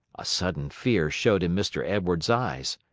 a sudden fear showed in mr. edwards's eyes.